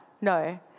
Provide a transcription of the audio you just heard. No